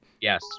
Yes